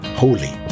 holy